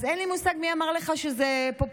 אז אין לי מושג מי אמר לך שזה פופוליסטי.